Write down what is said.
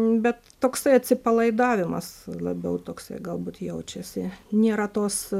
bet toksai atsipalaidavimas labiau toksai galbūt jaučiasi nėra tos